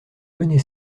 mené